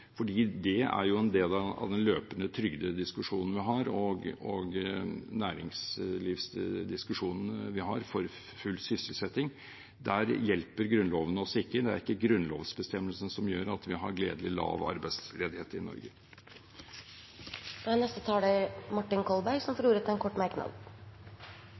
det er en del av den løpende trygdediskusjonen og næringslivsdiskusjonene vi har, for full sysselsetting, hjelper Grunnloven oss ikke. Det er ikke grunnlovsbestemmelsene som gjør at vi har gledelig lav arbeidsledighet i Norge. Representanten Martin Kolberg har hatt ordet to ganger tidligere og får ordet til en kort merknad,